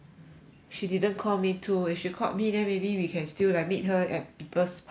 she didn't call me too if she called me then maybe we can still like meet her at people's park leh